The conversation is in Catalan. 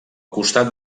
costat